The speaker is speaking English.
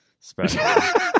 Special